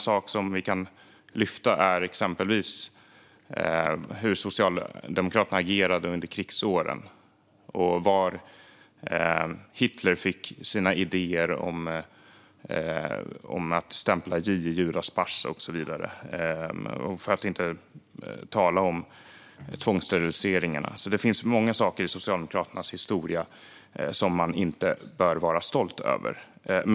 Jag kan exempelvis ta upp hur Socialdemokraterna agerade under krigsåren och varifrån Hitler fick sina idéer om att stämpla "J" i judars pass och så vidare, för att inte tala om tvångssteriliseringarna. Det finns många saker i Socialdemokraternas historia som man inte bör vara stolt över.